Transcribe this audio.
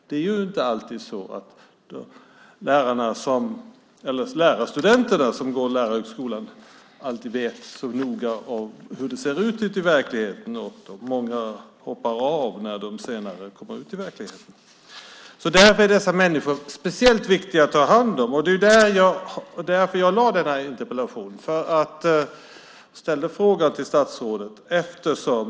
Det är inte alltid lärarstudenterna vid lärarhögskolorna vet hur det ser ut i skolorna, och många hoppar av när de senare kommer ut i verkligheten. Därför är dessa människor speciellt viktiga att ta hand om, och det var också därför jag ställde interpellationen till statsrådet.